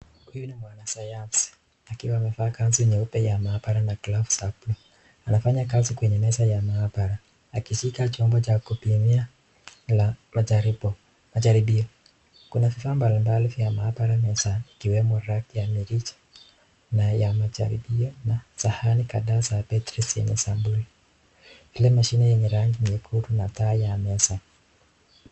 Huyu i mwana sayanzi akiwa amevaa koti ya nyeupe ya maabara na glovu ya buluu. Anafanya kazi kwa meza ya maabara akishika chombo ya kupimia majaribu. Kuna vifaa mbalimbali ya maabara kwenye meza ikiwemo sahani kadhaa za battery ya rangi nyekundu.